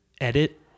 edit